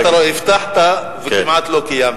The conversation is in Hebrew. הנה, אתה רואה, הבטחת וכמעט לא קיימת.